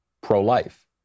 pro-life